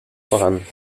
voran